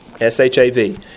S-H-A-V